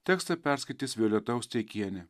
tekstą perskaitys violeta osteikienė